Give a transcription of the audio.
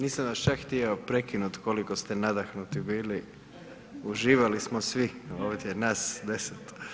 Nisam vas čak htio prekinut koliko ste nadahnuti bili, uživali smo svi, ovdje nas 10.